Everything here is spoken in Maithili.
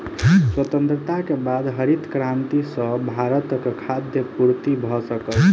स्वतंत्रता के बाद हरित क्रांति सॅ भारतक खाद्य पूर्ति भ सकल